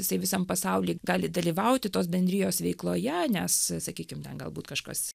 jisai visam pasauly gali dalyvauti tos bendrijos veikloje nes sakykim ten galbūt kažkas